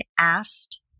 asked